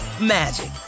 magic